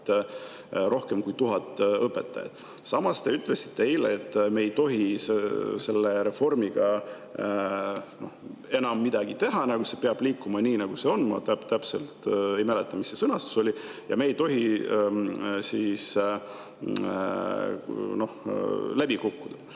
rohkem kui 1000 õpetajat. Samas, te ütlesite eile, et me ei tohi selle reformiga enam midagi teha, see peab liikuma nii, nagu see on – ma täpselt ei mäleta, mis see sõnastus oli –, ja me ei tohi läbi kukkuda.